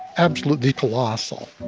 absolutely colossal.